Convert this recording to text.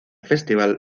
festival